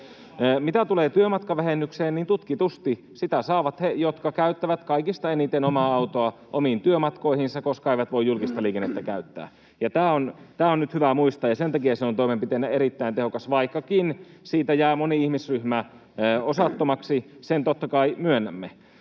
Mitä tulee työmatkavähennykseen, niin tutkitusti sitä saavat he, jotka käyttävät kaikista eniten omaa autoa omiin työmatkoihinsa, koska eivät voi julkista liikennettä käyttää, tämä on nyt hyvä muistaa. Ja sen takia se on toimenpiteenä erittäin tehokas — vaikkakin siitä jää moni ihmisryhmä osattomaksi, sen totta kai myönnämme.